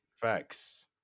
Facts